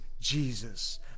Jesus